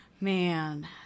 Man